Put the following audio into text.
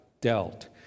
dealt